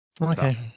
Okay